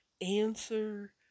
Answer